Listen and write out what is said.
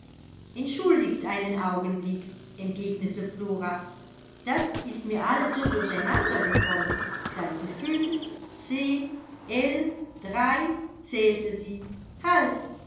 entschuldigt einen augenblick entgegnete flora das ist mir alles so durcheinander gekommen seit fünf zehn elf drei zählte sie halt